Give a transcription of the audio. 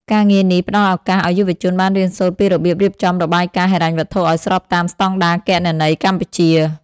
ការងារនេះផ្តល់ឱកាសឱ្យយុវជនបានរៀនសូត្រពីរបៀបរៀបចំរបាយការណ៍ហិរញ្ញវត្ថុឱ្យស្របតាមស្តង់ដារគណនេយ្យកម្ពុជា។